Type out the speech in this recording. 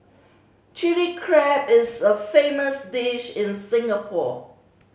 Chilli Crab is a famous dish in Singapore